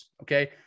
okay